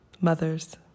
mothers